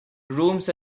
rooms